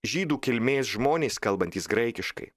žydų kilmės žmonės kalbantys graikiškai